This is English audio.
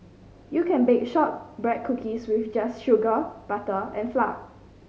you can bake shortbread cookies with just sugar butter and flour